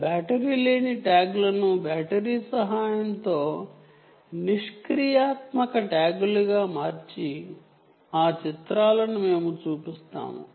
ఇవి బ్యాటరీ లేని ట్యాగ్లు బ్యాటరీ సహాయంతో పనిచేసే పాసివ్ ట్యాగ్లు మరియు బాప్ ట్యాగ్లు ఆ చిత్రాలను మేము చూపిస్తాము